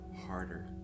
harder